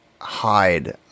Hide